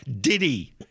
Diddy